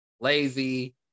lazy